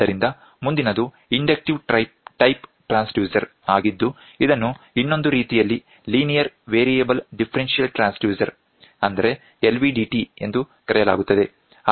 ಆದ್ದರಿಂದ ಮುಂದಿನದು inductive type transducer ಆಗಿದ್ದು ಇದನ್ನು ಇನ್ನೊಂದು ರೀತಿಯಲ್ಲಿ linear variable differential transducer LVDT ಎಂದು ಕರೆಯಲಾಗುತ್ತದೆ